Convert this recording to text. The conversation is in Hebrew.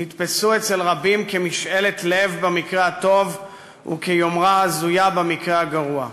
נתפסו אצל רבים כמשאלת לב במקרה הטוב וכיומרה הזויה במקרה הגרוע.